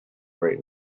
right